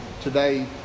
today